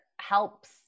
helps